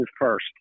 first